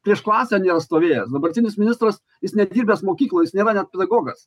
prieš klasę nėra stovėjęs dabartinis ministras jis nedirbęs mokykloj jis nėra net pedagogas